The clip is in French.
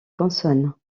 consonnes